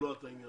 זו תעודת עניות.